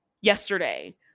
yesterday